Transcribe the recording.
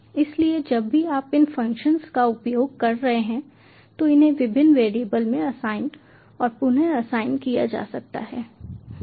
इसलिए जब भी आप इन फ़ंक्शन का उपयोग कर रहे हैं तो इन्हें विभिन्न वेरिएबल में असाइन और पुनः असाइन किया जा सकता है